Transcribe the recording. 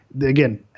Again